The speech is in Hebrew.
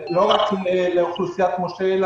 לא רק לאוכלוסיית מש"ה (מוגבלות שכלית-התפתחותית)